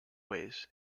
ways